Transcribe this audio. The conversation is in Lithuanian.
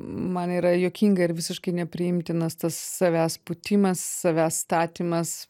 man yra juokinga ir visiškai nepriimtinas tas savęs pūtimas savęs statymas